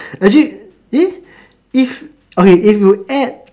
actually eh if okay if you add